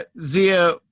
Zia